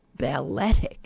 balletic